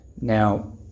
Now